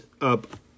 up